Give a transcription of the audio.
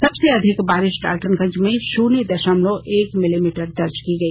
सबसे अधिक बारिश डाल्टनगंज में शुन्य दशमलव एक मिलीमीटर दर्ज की गई